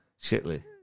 Shitly